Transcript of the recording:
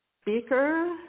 speaker